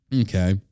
Okay